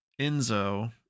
Enzo